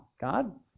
God